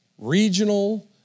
regional